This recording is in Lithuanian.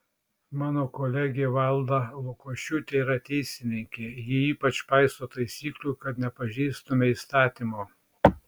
mano kolegė valda lukošiūtė yra teisininkė ji ypač paiso taisyklių kad nepažeistume įstatymo